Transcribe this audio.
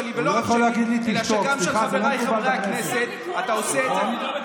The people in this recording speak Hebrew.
אני מבקש שתתנהג יפה, חבר הכנסת נאור שירי.